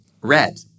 red